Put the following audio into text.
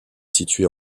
située